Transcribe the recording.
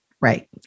Right